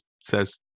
says